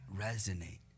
resonate